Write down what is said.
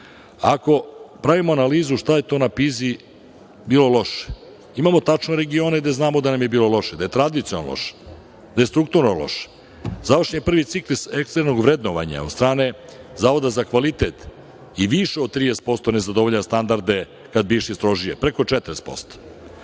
pravimo analizu šta je to na PISA bilo loše, imamo tačno regione gde znamo da nam je bilo loše, gde je tradicionalno loše, gde je strukturno loše. Završen je prvi ciklus eksternog vrednovanja od strane Zavoda za kvalitet i više od 30% ne zadovoljava standarde, kada bi išli strožije preko 40%.